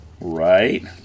Right